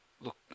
Look